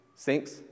sinks